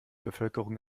bevölkerung